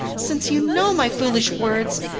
since you know my foolish words,